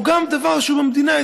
או גם דבר שהוא במדינה,